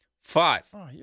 Five